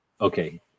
okay